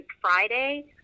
Friday